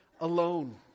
alone